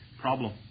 problem